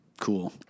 Cool